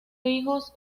hijos